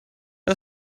das